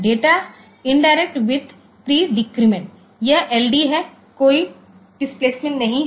data indirect with pre decrement यह LD है कोई डिस्प्लेसमेंट नहीं है